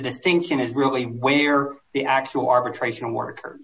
distinction is really where the actual arbitration work